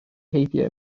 heibio